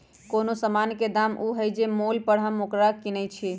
कोनो समान के दाम ऊ होइ छइ जे मोल पर हम ओकरा किनइ छियइ